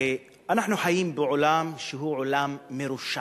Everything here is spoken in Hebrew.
אנחנו חיים בעולם שהוא עולם מרושת.